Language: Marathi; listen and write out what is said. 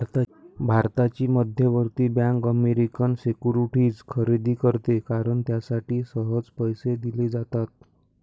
भारताची मध्यवर्ती बँक अमेरिकन सिक्युरिटीज खरेदी करते कारण त्यासाठी सहज पैसे दिले जातात